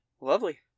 Lovely